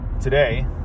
today